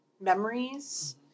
memories